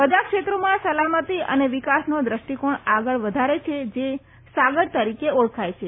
બધા ક્ષેત્રોમાં સલામતી અને વિકાસનો દ્રષ્ટીકોણ આગળ વધારે છે જે સાગર તરીકે ઓળખાય છે